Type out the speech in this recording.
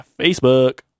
Facebook